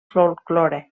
folklore